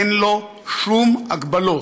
אין לו שום הגבלות.